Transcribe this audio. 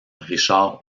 richard